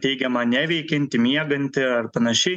teigiama neveikianti mieganti ar panašiai